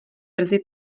brzy